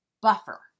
buffer